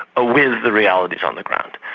with the realities on the ground,